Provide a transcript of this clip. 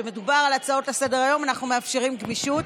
כשמדובר על הצעות לסדר-היום אנחנו מאפשרים גמישות.